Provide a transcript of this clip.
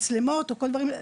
מצלמות או כל הדברים האלה,